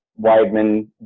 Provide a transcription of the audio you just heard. Weidman